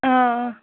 اۭں